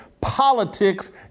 politics